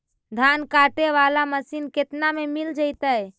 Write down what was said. धान काटे वाला मशीन केतना में मिल जैतै?